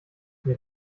mir